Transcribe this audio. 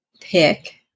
pick